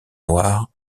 noir